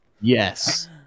Yes